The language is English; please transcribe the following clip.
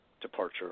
departure